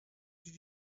did